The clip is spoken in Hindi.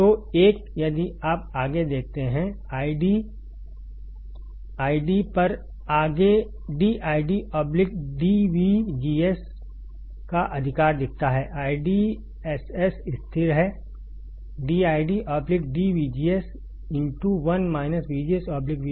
तो 1 यदि आप आगे देखते हैं आईडी आईडी पर आगे dID dVGS का अधिकार दिखता है आईडी SS स्थिर है dID dVGS 1 VGS Vp 2